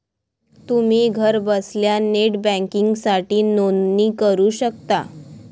तुम्ही घरबसल्या नेट बँकिंगसाठी नोंदणी करू शकता